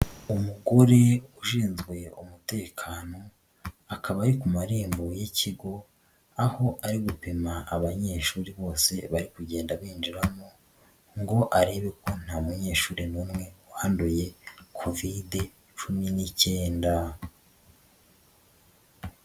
Umugore ushinzweye umutekano. Akaba ari ku marembo y'ikigo, aho ari gupima abanyeshuri bose bari kugenda binjiramo ngo arebe ko nta munyeshuri n'umwe wanduye covid cumi n'icyenda.